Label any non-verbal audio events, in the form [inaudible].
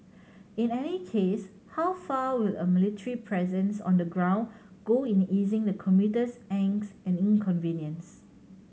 [noise] in any case how far will a military presence on the ground go in easing the commuter's angst and inconvenience